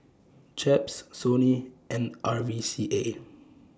Chaps Sony and R V C A